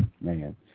man